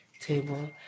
table